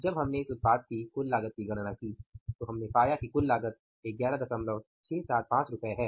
जब हमने इस उत्पाद की कुल लागत की गणना की तो हमने पाया कि कुल लागत 11675 है